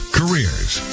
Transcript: careers